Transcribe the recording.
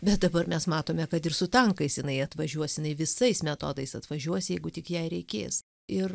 bet dabar mes matome kad ir su tankais jinai atvažiuos jinai visais metodais atvažiuos jeigu tik jai reikės ir